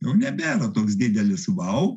jau nebe toks didelis vau